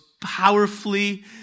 powerfully